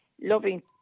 loving